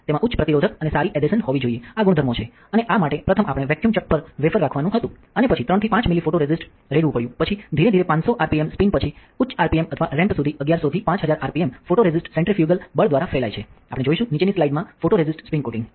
તેમાં ઉચ્ચ પ્રતિરોધક અને સારી એધેસન હોવી જોઈએ આ ગુણધર્મો છે અને આ માટે પ્રથમ આપણે વેક્યૂમ ચક પર વેફર રાખવાનું હતું અને પછી 3 થી 5 મિલી ફોટોરેસિસ્ટ રેડવું પડ્યું પછી ધીરે ધીરે 500 આરપીએમ સ્પિન પછી ઉચ્ચ આરપીએમ અથવા રેમ્પ સુધી 1100 થી 5000 આરપીએમ ફોટોરેસિસ્ટ સેન્ટ્રિફ્યુગલ બળ દ્વારા ફેલાય છે આપણે જોઈશું નીચેની સ્લાઇડ્સ માં ફોટોરેસિસ્ટ સ્પિન કોટિંગ